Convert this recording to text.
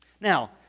Now